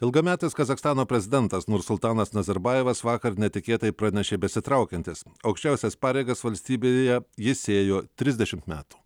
ilgametis kazachstano prezidentas nursultanas nazarbajevas vakar netikėtai pranešė besitraukiantis aukščiausias pareigas valstybėje jis ėjo trisdešimt metų